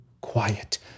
quiet